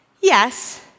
Yes